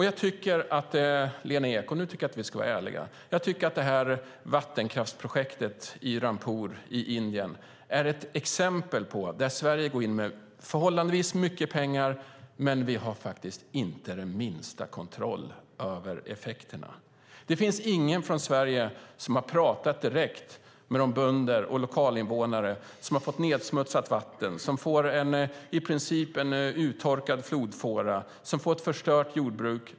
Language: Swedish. Jag tycker att vattenkraftsprojektet i Rampur i Indien är ett exempel på projekt där Sverige går in med förhållandevis mycket pengar men inte har den minsta kontroll över effekterna. Ingen från Sverige har pratat direkt med de bönder och lokalinvånare som har fått nedsmutsat vatten och som får en i princip uttorkad flodfåra och ett förstört jordbruk.